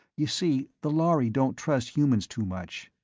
you see, the lhari don't trust humans too much.